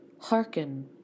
hearken